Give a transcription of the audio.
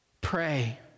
Pray